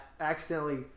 accidentally